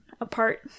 apart